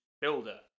builder